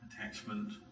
attachment